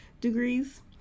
degrees